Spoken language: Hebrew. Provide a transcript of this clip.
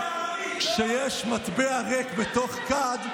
כשיש מטבע ריק בתוך כד,